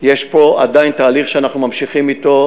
יש פה עדיין תהליך שאנחנו עדיין ממשיכים אתו,